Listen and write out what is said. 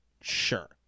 sure